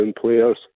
players